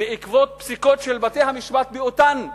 בעקבות פסיקות של בתי-המשפט באותן מדינות,